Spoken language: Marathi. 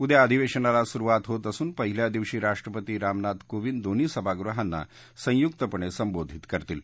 उद्या अधिवेशनाला सुरुवात होत असून पहिल्या दिवशी राष्ट्रपती रामनाथ कोविंद दोन्ही सभागृहांना संयुक्तपणे संबोधित करतील